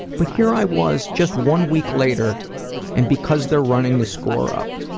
but here i was just one week later and because they're running the score up